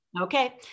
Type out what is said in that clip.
Okay